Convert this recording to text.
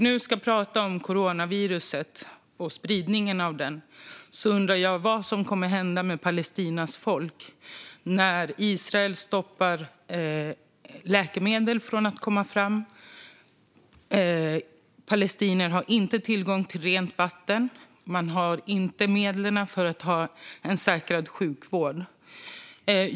När det gäller spridningen av coronaviruset undrar jag vad som kommer att hända med Palestinas folk när Israel stoppar läkemedel från att komma fram. Palestinierna har inte tillgång till rent vatten och har inte medel nog att ha en säker sjukvård.